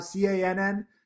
CANN